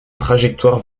trajectoire